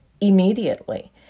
immediately